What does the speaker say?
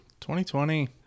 2020